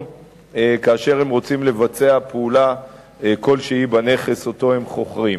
כאשר הם רוצים לבצע פעולה כלשהי בנכס שהם חוכרים.